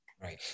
Right